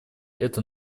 это